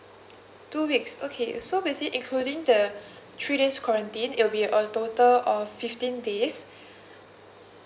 two weeks okay so basically including the three days quarantine it'll be a total of fifteen days